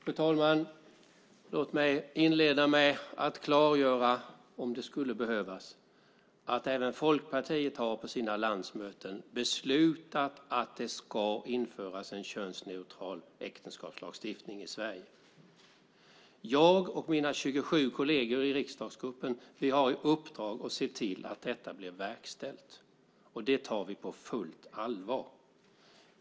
Fru talman! Låt mig inleda med att klargöra, om det skulle behövas, att även Folkpartiet på sina landsmöten har beslutat att det ska införas en könsneutral äktenskapslagstiftning i Sverige. Jag och mina 27 kolleger i riksdagsgruppen har i uppdrag att se till att detta blir verkställt. Det tar vi på fullt allvar.